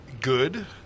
good